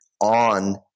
on